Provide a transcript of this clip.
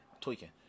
Tweaking